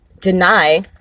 deny